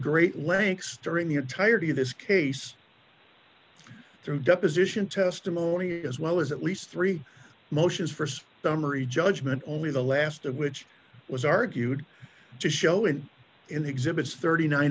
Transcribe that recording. great lengths to wring the entirety of this case through deposition testimony as well as at least three motions st summary judgment only the last of which was argued to show him in the exhibits thirty nine